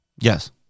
Yes